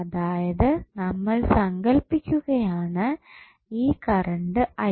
അതായത് നമ്മൾ സങ്കൽപ്പിക്കുകയാണ് ഈ കറണ്ട് I